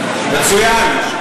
מצוין,